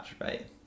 right